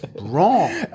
wrong